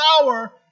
power